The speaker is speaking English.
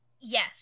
Yes